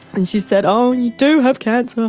and she said, oh you do have cancer.